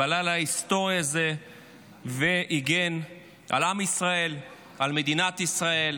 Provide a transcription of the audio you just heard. בלילה ההיסטורי הזה והגן על עם ישראל ועל מדינת ישראל.